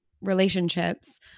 relationships